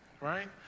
right